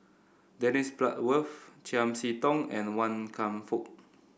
Dennis Bloodworth Chiam See Tong and Wan Kam Fook